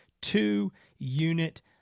two-unit